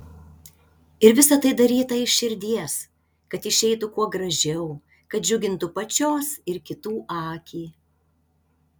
ir visa tai daryta iš širdies kad išeitų kuo gražiau kad džiugintų pačios ir kitų akį